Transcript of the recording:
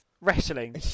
wrestling